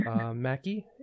Mackie